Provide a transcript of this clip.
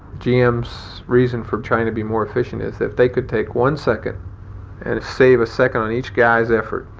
gm's reason for trying to be more efficient is if they could take one second and save a second on each guy's effort,